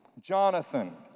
Jonathan